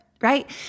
right